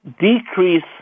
decrease